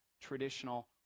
traditional